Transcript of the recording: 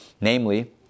Namely